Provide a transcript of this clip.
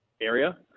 area